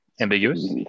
Ambiguous